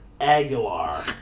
Aguilar